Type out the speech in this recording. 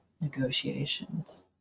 negotiations